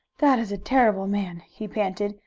that is a terrible man! he panted.